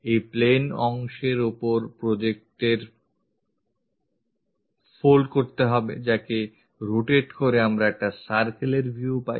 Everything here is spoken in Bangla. এই plane অংশের ওপরproject এর পর fold করতে হবে যাকে rotate করে আমরা একটা circle এর view পাই